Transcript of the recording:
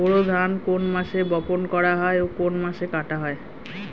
বোরো ধান কোন মাসে বপন করা হয় ও কোন মাসে কাটা হয়?